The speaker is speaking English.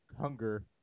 Hunger